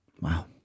Wow